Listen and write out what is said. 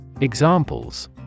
Examples